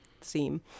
seem